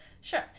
Sure